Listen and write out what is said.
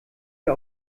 wir